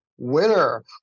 winner